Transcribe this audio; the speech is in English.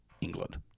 England